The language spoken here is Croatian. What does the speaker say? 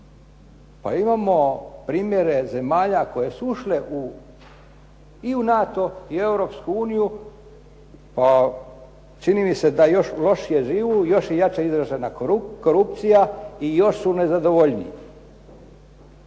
Pa imamo primjere zemalja koje su ušle i u NATO i u Europsku uniju pa čini mi se da još lošije žive, još je jače izražena korupcija i još su nezadovoljniji.